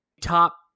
top